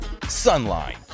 sunline